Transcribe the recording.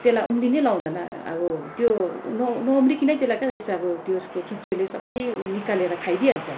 त्यसलाई उम्रिनै लाउँदैन अब त्यो न न उम्रीकन त्यसलाई के यसो अब त्यसको चुच्चोले सबै निकालेर खाइ दिइहाल्छ